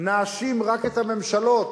נאשים רק את הממשלות